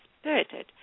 spirited